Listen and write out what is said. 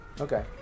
Okay